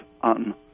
on